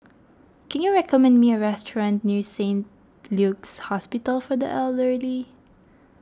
can you recommend me a restaurant near Saint Luke's Hospital for the Elderly